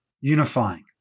unifying